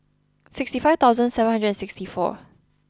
sixty five thousand seven hundred and sixty four